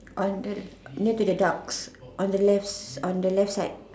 on the near to the ducks on the left on the left side